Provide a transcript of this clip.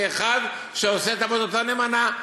כאחד שעושה את עבודתו נאמנה.